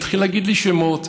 התחיל להגיד לי שמות: